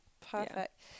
perfect